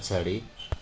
पछाडि